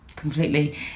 completely